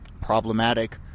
problematic